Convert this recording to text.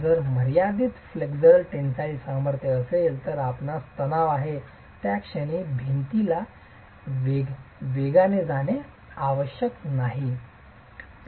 जर मर्यादित flexural tensile सामर्थ्य असेल तर आपणास तणाव आहे त्या क्षणी भिंतीला वेगाने जाणे आवश्यक नाही